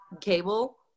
cable